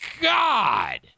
God